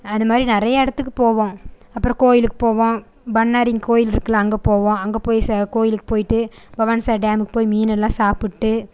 அதுமாதிரி நிறைய இடத்துக்கு போவோம் அப்புறம் கோயிலுக்கு போவோம் பன்னாரின்னு கோயில் இருக்குல்லை அங்கே போவோம் அங்கே போய் ச கோயிலுக்கு போயிட்டு பவானி சாகர் டேமுக்கு போய் மீனெல்லாம் சாப்பிட்டு